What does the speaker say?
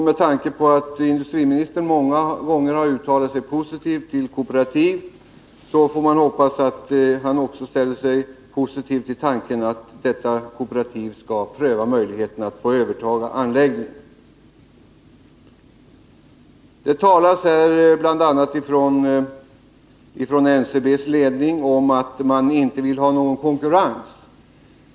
Med tanke på att industriministern många gånger har uttalat sig positivt till kooperativ hoppas jag att han nu ställer sig positiv till tanken att pröva möjligheten att låta detta kooperativ överta anläggningen. NCB:s ledning talar bl.a. om att man inte vill ha konkurrens.